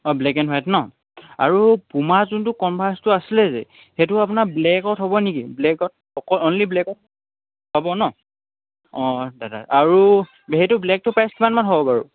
অঁ black and white ন আৰু পুমা যোনটো কনভাৰ্চটো আছিলে যে সেইটো আপোনাৰ ব্লেকত হ'বনি ব্লেকত অকল অনলি ব্লেকত হ'ব ন অঁ দাদা আৰু সেইটো ব্লেকটো প্ৰাইচ কিমানমান হ'ব বাৰু